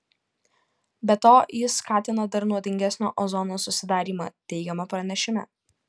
be to jis skatina dar nuodingesnio ozono susidarymą teigiama pranešime